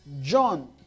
John